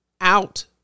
out